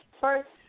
first